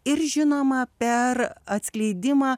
ir žinoma per atskleidimą